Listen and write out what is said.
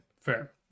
Fair